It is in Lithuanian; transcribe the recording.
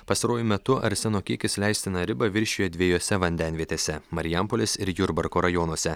pastaruoju metu arseno kiekis leistiną ribą viršijo dviejose vandenvietėse marijampolės ir jurbarko rajonuose